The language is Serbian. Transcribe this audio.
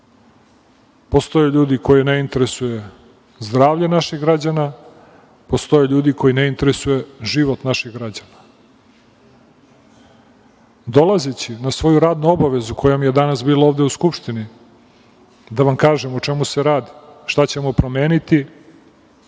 Postoje ljudi koje ne interesuje zdravlje naših građana, postoje ljudi koje ne interesuje život naših građana. Dolazeći na svoju radnu obavezu, koja mi je danas bila ovde u Skupštini da vam kažem o čemu se radi, šta ćemo promeniti,